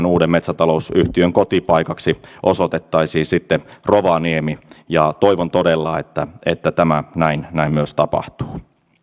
uuden metsätalousyhtiön kotipaikaksi osoitettaisiin sitten rovaniemi toivon todella että tämä näin myös tapahtuu